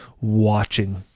watching